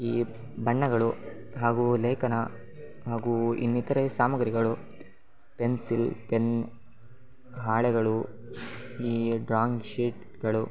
ಈ ಬಣ್ಣಗಳು ಹಾಗೂ ಲೇಖನ ಹಾಗೂ ಇನ್ನಿತರೆ ಸಾಮಗ್ರಿಗಳು ಪೆನ್ಸಿಲ್ ಪೆನ್ ಹಾಳೆಗಳು ಈ ಡ್ರಾಂಗ್ ಶೀಟ್ಗಳು